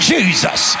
Jesus